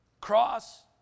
Cross